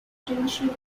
potentially